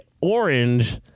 orange